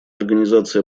организации